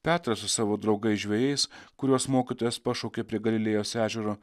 petras su savo draugais žvejais kuriuos mokytojas pašaukė prie galilėjos ežero